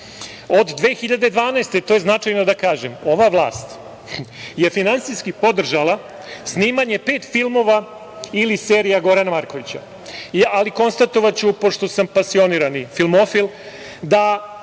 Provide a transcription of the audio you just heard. Od 2012. godine, to je značajno da kažem, ova vlast je finansijski podržala snimanja pet filmova ili serija Gorana Markovića. Konstatovaću, pošto sam pasionirani filmofil, da